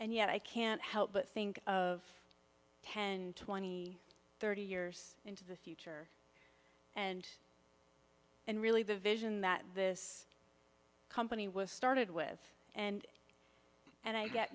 and yet i can't help but think of ten twenty thirty years into the future and and really the vision that this company was started with and and i get